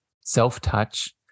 self-touch